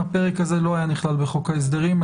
הפרק הזה לא היה נכלל בחוק ההסדרים.